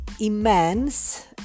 immense